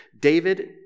David